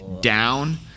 down